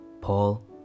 Paul